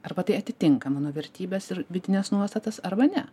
arba tai atitinka mano vertybes ir vidines nuostatas arba ne